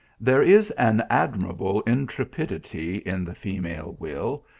there is an admirable intrepidity in the female will,